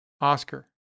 Oscar